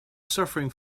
suffering